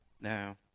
Now